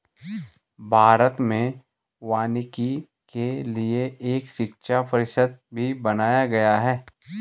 भारत में वानिकी के लिए एक शिक्षा परिषद भी बनाया गया है